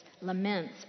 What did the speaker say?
laments